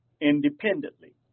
independently